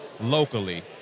locally